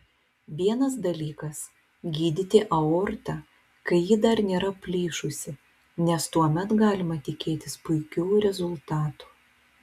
vienas dalykas gydyti aortą kai ji dar nėra plyšusi nes tuomet galima tikėtis puikių rezultatų